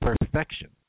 perfection